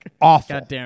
Awful